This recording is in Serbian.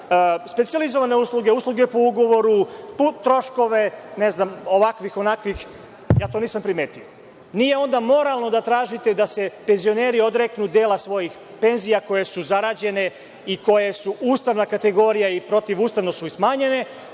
specijalizovane usluge, usluge po ugovoru, putne troškove, ne znam, ovakvih onakvih, ja to nisam primetio. Nije onda moralno da tražite da se penzioneri odreknu dela svoji penzija koje su zarađene i koje su ustavna kategorija i protivustavno su im smanjene,